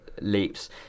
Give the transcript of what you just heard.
leaps